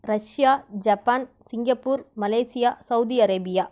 Russia Japan Singapore Malaysia Saudi Arabia